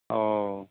अ